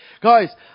Guys